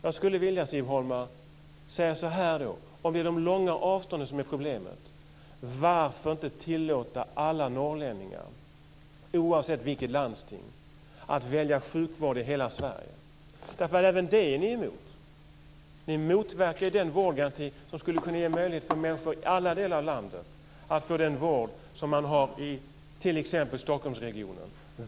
Jag skulle, Siv Holma, vilja säga så här: Om det är de långa avstånden som är problemet, varför inte tillåta alla norrlänningar, oavsett landsting, att välja sjukvård i hela Sverige? Även det är ni emot. Ni motverkar den vårdgaranti som skulle kunna ge människor i alla delar av landet möjlighet att få den vård som man har i t.ex. Stockholmsregionen.